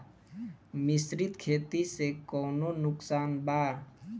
मिश्रित खेती से कौनो नुकसान बा?